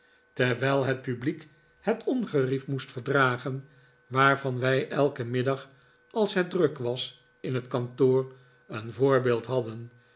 terwijl het publiek het ongerief moest verdragen waarvan wij elken middag als het druk was in het kantoor een voorbeeld hadden